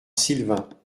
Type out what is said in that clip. silvain